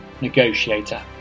Negotiator